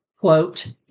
quote